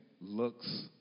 looks